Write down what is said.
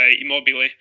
Immobile